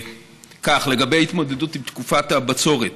לגבי התמודדות עם תקופת הבצורת,